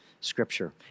scripture